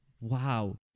wow